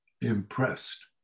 impressed